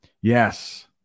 yes